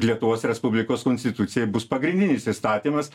lietuvos respublikos konstitucija bus pagrindinis įstatymas